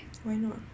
why not